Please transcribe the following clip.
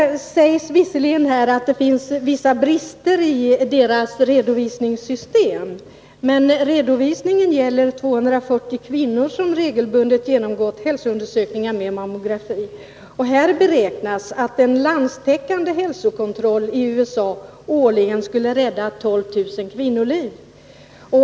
Det sägs visserligen att det finns vissa brister i det redovisningssystem man där använder, men redovisningen gäller 240 kvinnor som regelbundet genomgått hälsoundersökningar med mammografi. Det beräknas att en landstäckande hälsokontrolli USA årligen skulle rädda 12 000 kvinnoliv.